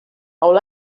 would